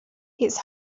it’s